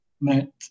met